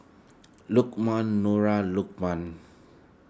Lokman Nura Lukman